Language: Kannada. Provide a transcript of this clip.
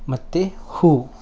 ಮತ್ತು ಹೂವು